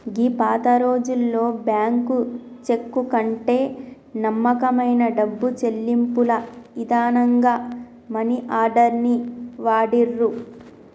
గీ పాతరోజుల్లో bank cheque కంటే నమ్మకమైన డబ్బు చెల్లింపుల ఇదానంగా మనీ ఆర్డర్ ని వాడిర్రు